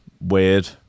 weird